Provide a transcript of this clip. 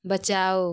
बचाओ